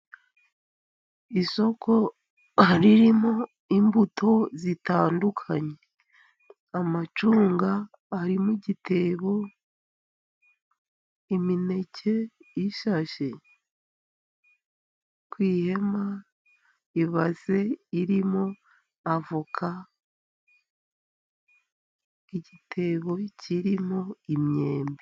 Isoko ririmo imbuto zitandukanye. Amacunga ari mu gitebo, imineke ishashe ku ihema, ibase irimo avoka, igitebo kirimo imyembe.